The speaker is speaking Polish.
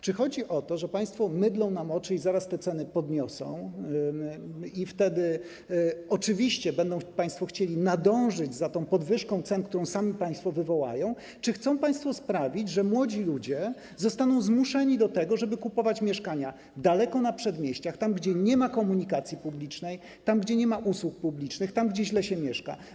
Czy chodzi o to, że państwo mydlą nam oczy i zaraz te ceny podniosą, i wtedy oczywiście będą państwo chcieli nadążyć za tą podwyżką cen, którą sami państwo wywołają, czy chcą państwo sprawić, że młodzi ludzie zostaną zmuszeni do tego, żeby kupować mieszkania daleko na przedmieściach, tam, gdzie nie ma komunikacji publicznej, tam, gdzie nie ma usług publicznych, tam, gdzie źle się mieszka?